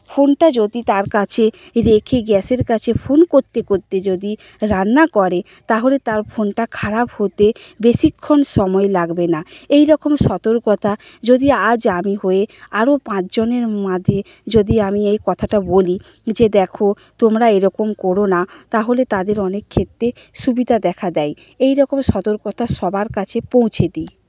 ফোনটা যদি তার কাছে রেখে গ্যাসের কাছে ফোন করতে করতে যদি রান্না করে তাহলে তার ফোনটা খারাপ হতে বেশিক্ষণ সময় লাগবে না এইরকম সতর্কতা যদি আজ আমি হয়ে আরও পাঁচজনের মাঝে যদি আমি এই কথাটা বলি যে দেখো তোমরা এরকম কোরো না তাহলে তাদের অনেক ক্ষেত্রে সুবিধা দেখা দেয় এই রকম সতর্কতা সবার কাছে পৌঁছে দিই